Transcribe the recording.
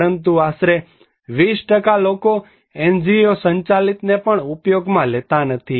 પરંતુ આશરે 20 લોકો NGO સંચાલિતને પણ ઉપયોગમાં લેતા નથી